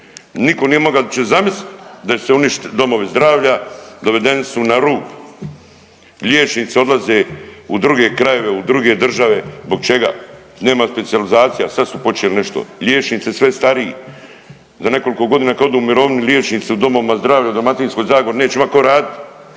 nitko nije mogao uopće zamislit da će se uništit domovi zdravlja. Dovedeni su na rub. Liječnici odlaze u druge krajeve, u druge države. Zbog čega? Nema specijalizacija. Sad su počeli nešto. Liječnici sve stariji. Za nekoliko godina kad odu u mirovinu liječnici u domovima zdravlja u Dalmatinskoj zagori neće imat tko radit.